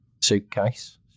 suitcase